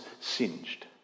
singed